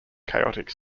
chaotic